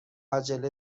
عجله